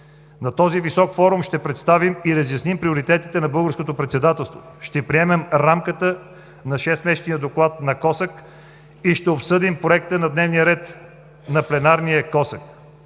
На този висок форум ще представим и разясним приоритетите на Българското председателство, ще приемем рамката на шестмесечния доклад на КОСАК и ще обсъдим проекта за дневния ред на пленарния КОСАК.